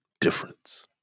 difference